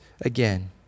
again